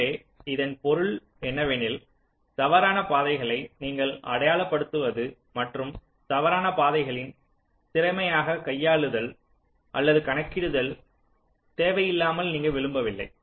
எனவே இதன் பொருள் என்னவெனில் தவறான பாதைகளை நீங்கள் அடையாளப்படுத்துவது மற்றும் தவறான பாதைகளின் திறமையாக கையாளுதல் அல்லது கணக்கிடுதல் தேவையில்லாமல் நீங்கள் விரும்பவில்லை